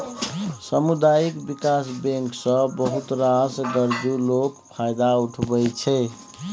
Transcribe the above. सामुदायिक बिकास बैंक सँ बहुत रास गरजु लोक फायदा उठबै छै